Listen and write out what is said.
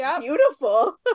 beautiful